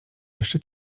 jeszcze